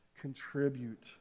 contribute